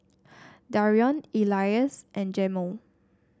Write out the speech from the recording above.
Darion Elias and Jamel